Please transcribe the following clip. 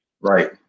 Right